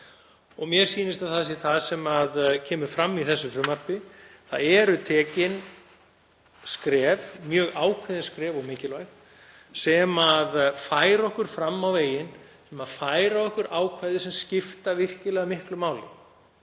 Mér sýnist að það sé það sem kemur fram í þessu frumvarpi. Þar eru stigin skref, mjög ákveðin skref og mikilvæg, sem færa okkur fram veginn, sem færa okkur ákvæði sem skipta virkilega miklu máli.